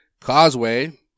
causeway